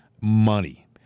Money